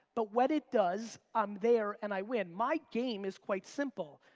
but when it does, i'm there and i win. my game is quite simple.